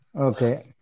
Okay